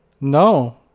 No